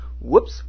Whoops